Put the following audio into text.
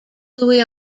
louis